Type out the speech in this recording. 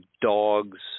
dogs